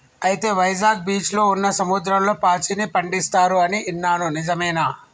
అయితే వైజాగ్ బీచ్లో ఉన్న సముద్రంలో పాచిని పండిస్తారు అని ఇన్నాను నిజమేనా